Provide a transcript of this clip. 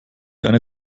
eine